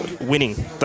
winning